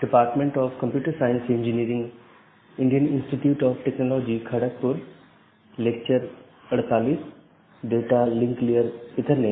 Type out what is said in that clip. जैसा कि हम पिछले कुछ लेक्चरों में आईपी राउटिंग पर चर्चा कर रहे थे आज हम उस चर्चा को जारी रखेंगे